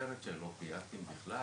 הכותרת של אופיאטים בכלל